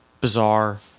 bizarre